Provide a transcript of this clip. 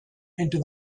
into